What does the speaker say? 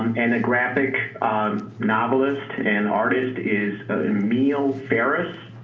um and the graphic novelist and artist is emil ferris.